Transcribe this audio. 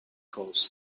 course